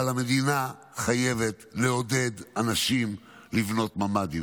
אבל המדינה חייבת לעודד אנשים לבנות ממ"דים.